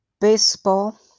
baseball